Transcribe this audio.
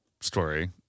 story